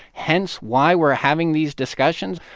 hence why we're having these discussions.